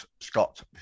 Scott